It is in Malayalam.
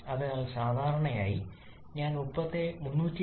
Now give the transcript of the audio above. അതിനാൽ സാധാരണയായി ഞാൻ 373